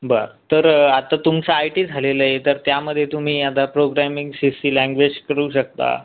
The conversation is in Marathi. बरं तर आता तुमचं आय टी झालेले आहे तर त्यामध्ये तुम्ही आता प्रोग्रॅमिंग सी सी लँग्वेज करू शकता